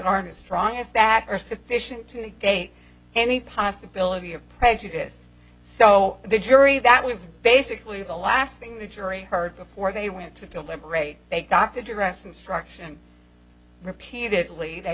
aren't as strong as that are sufficient to negate any possibility of prejudice so the jury that was basically the last thing the jury heard before they went to deliberate they got to address instruction repeatedly they